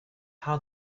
how